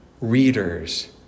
readers